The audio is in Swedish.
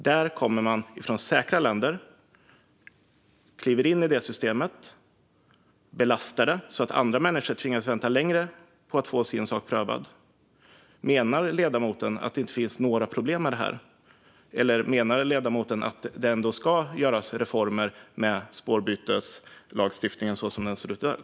Man kommer från ett säkert land, kliver in i asylsystemet och belastar det så att andra människor tvingas vänta längre för att få sin sak prövad. Menar ledamoten att det inte finns några problem? Eller menar ledamoten att lagstiftningen för spårbyte ändå ska reformeras?